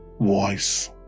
voice